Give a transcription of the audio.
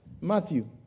Matthew